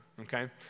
okay